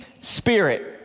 spirit